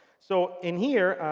so in here,